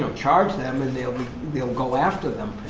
ah charge them and they'll they'll go after them,